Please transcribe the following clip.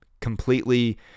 completely